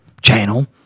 Channel